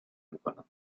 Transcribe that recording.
میکنند